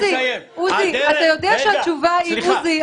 אתה יודע שהתשובה היא לא.